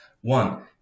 One